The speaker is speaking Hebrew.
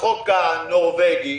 הנורווגי,